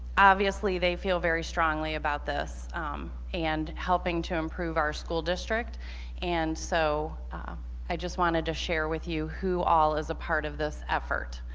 obviously they feel very strongly about this and helping to improve our school district and so i just wanted to share with you who all is a part of this effort.